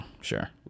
sure